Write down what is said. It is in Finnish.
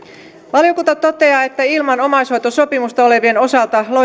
valiokunta toteaa että ilman omaishoitosopimusta olevien osalta